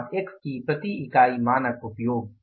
उत्पाद x की प्रति इकाई मानक उपयोग